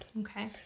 Okay